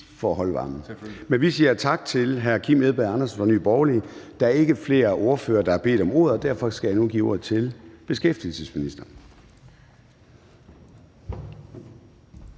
for at holde varmen«. Men vi siger tak til hr. Kim Edberg Andersen fra Nye Borgerlige. Der er ikke flere ordførere, der har bedt om ordet, og derfor skal jeg nu give ordet til beskæftigelsesministeren.